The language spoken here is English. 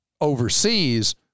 overseas